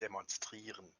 demonstrieren